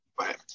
Right